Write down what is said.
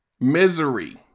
Misery